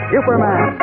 Superman